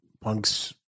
punks